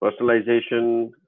personalization